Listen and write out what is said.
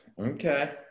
Okay